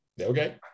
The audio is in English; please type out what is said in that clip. okay